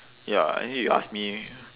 ya anyway you ask me